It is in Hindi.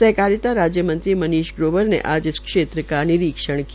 सहकारिता राज्य मंत्री मनीष ग्रोवर ने आज इस क्षेत्र का निरीक्षण किया